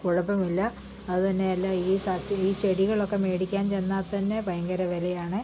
കുഴപ്പമില്ല അതു തന്നെയല്ല ഈ ചെടികളൊക്കെ മേടിക്കാൻ ചെന്നാൽത്തന്നെ ഭയങ്കര വിലയാണ്